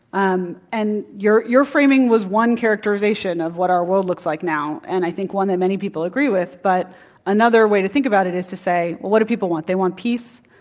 um and your your framing was characterization of what our world looks like now, and i think one that many people agree with. but another way to think about it is to say, well, what do people want? they want peace,